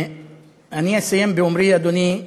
אני אסיים באומרי, אדוני,